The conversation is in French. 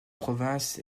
province